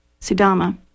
Sudama